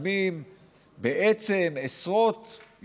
קמו בעצם עשרות,